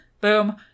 Boom